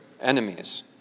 enemies